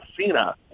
Cena